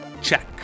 Check